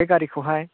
बे गारिखौहाय